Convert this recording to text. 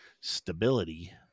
stability